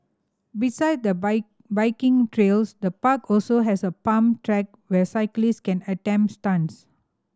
beside the biking trails the park also has a pump track where cyclist can attempt stunts